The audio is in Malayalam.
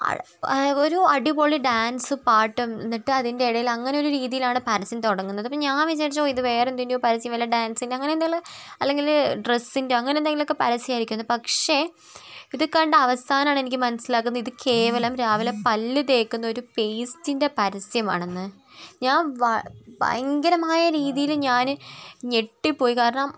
ആ ഒ ഒരു അടിപൊളി ഡാൻസ് പാട്ടും എന്നിട്ട് അതിൻ്റെ ഇടയിൽ അങ്ങനെ ഒരു രീതിയിലാണ് പരസ്യം തുടങ്ങുന്നത് പിന്നെ ഞാൻ വിചാരിച്ച് ഇത് വേറെ എന്തിൻ്റെയോ പരസ്യം വല്ല ഡാൻസ്സിൻ്റെ അങ്ങനെ എന്തേലും അല്ലെങ്കിൽ ഡ്രസ്സിൻ്റെയോ അങ്ങനെ എന്തേലും ഒക്കെ പരസ്യം ആയിരിക്കും എന്ന് പക്ഷേ ഇത് കണ്ട് അവസാനമാണ് എനിക്ക് മനസിലാകുന്നത് ഇത് കേവലം രാവിലെ പല്ലു തേക്കുന്ന ഒരു പേസ്റ്റിൻ്റെ പരസ്യമാണെന്ന് ഞാൻ വാ ഭയകരമായ രീതിയിൽ ഞാൻ ഞെട്ടി പോയി കാരണം